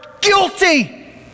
guilty